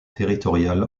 territoriale